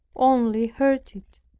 only hurt it,